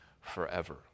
forever